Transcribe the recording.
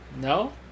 No